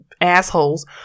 assholes